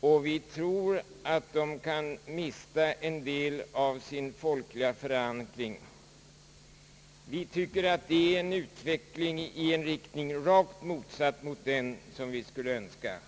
och vi tror att de kan mista en del av sin folkliga förankring — en utveckling rakt motsatt den som vi skulle önska.